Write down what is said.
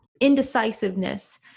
indecisiveness